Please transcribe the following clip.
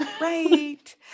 Right